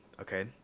Okay